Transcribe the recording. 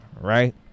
right